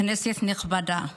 כנסת נכבדה,